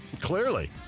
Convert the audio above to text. Clearly